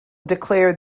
declared